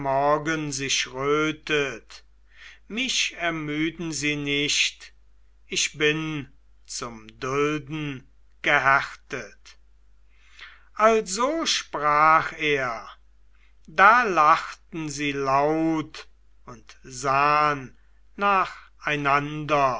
sich rötet mich ermüden sie nicht ich bin zum dulden gehärtet also sprach er da lachten sie laut und sahn nach